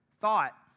thought